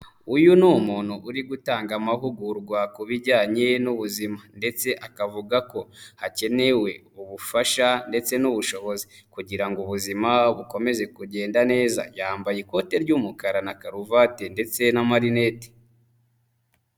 Uyu ni umuntu uri gutanga amahugurwa ku bijyanye n'ubuzima ndetse akavuga ko hakenewe ubufasha ndetse n'ubuzi kugira ngo ubuzima bukomeze kugenda neza. Yambaye ikote ry'umukara na karuvati ndetse n'amarinete.